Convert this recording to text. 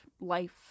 life